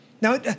Now